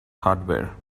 hardware